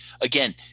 Again